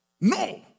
No